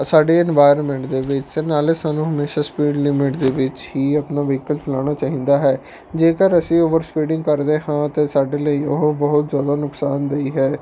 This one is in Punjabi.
ਸਾਡੇ ਇਨਵਾਇਰਮੈਂਟ ਦੇ ਵਿੱਚ ਨਾਲੇ ਸਾਨੂੰ ਹਮੇਸ਼ਾ ਸਪੀਡ ਲਿਮਿਟ ਦੇ ਵਿੱਚ ਹੀ ਆਪਣਾ ਵਹੀਕਲ ਚਲਾਉਣਾ ਚਾਹੀਦਾ ਹੈ ਜੇਕਰ ਅਸੀਂ ਓਵਰ ਸਪੀਡਿੰਗ ਕਰਦੇ ਹਾਂ ਤਾਂ ਸਾਡੇ ਲਈ ਉਹ ਬਹੁਤ ਜ਼ਿਆਦਾ ਨੁਕਸਾਨਦੇਹ ਹੈ